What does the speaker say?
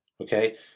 Okay